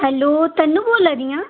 hello तन्नू बोल्ला दियां